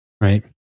right